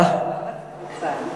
קצת.